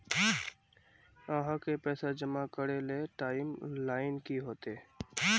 आहाँ के पैसा जमा करे ले टाइम लाइन की होते?